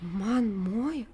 man mojo